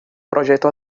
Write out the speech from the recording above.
projeto